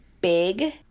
big